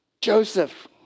Joseph